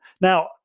Now